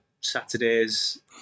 Saturdays